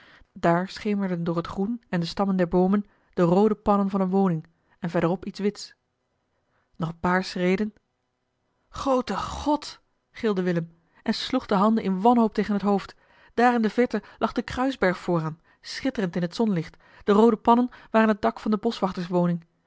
daar schemerden door het groen en de stammen der boomen de roode pannen van eene woning en verderop iets wits nog een paar schreden groote god gilde willem en sloeg de handen in wanhoop tegen het hoofd daar in de verte lag de kruisberg voor hem schitterend in t zonlicht de roode pannen waren het dak van de